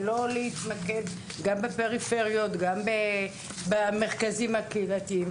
להתמקד גם בפריפריות וגם במרכזים הקהילתיים,